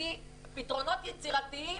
פתרונות יצירתיים,